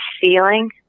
feeling